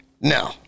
No